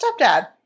stepdad